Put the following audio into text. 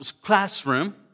classroom